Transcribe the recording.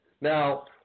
Now